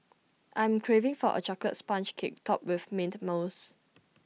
I'm craving for A Chocolate Sponge Cake Topped with Mint Mousse